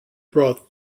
brought